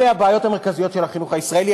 אלה הבעיות המרכזיות של החינוך הישראלי,